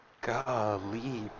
Golly